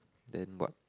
then what